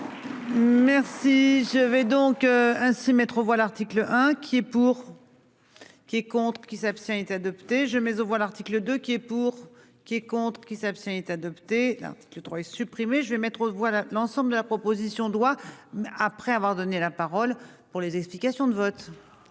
Merci. Si je vais donc ainsi mettre aux voix, l'article 1 qui est pour. Qui est contre qui s'abstient été adoptée je mets aux voix l'article 2 qui est pour qui est contre qui s'abstient est adopté. Là tu supprimer, je vais mettre voilà l'ensemble de la proposition doit après avoir donné la parole pour les explications de vote.